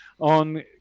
on